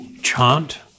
chant